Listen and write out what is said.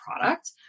product